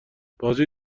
بازی